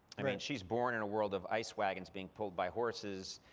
i mean, she's born in a world of ice wagons being pulled by horses,